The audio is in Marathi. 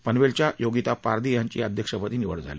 पनवेलच्या योगिता पारधी यांची अध्यक्षपदी निवड झाली